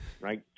right